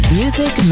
music